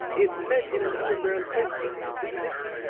it met in an underground place somewhere, didn't it?